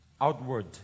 Outward